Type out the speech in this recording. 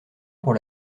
pour